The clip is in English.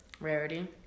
Rarity